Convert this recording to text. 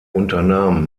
unternahm